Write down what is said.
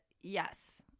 yes